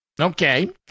Okay